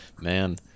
Man